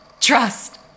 Trust